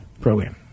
program